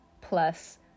plus